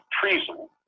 treason